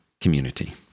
community